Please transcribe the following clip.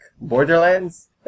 Borderlands